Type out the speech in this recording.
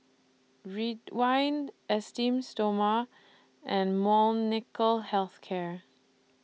Ridwind Esteem Stoma and Molnylcke Health Care